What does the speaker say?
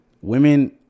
women